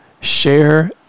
share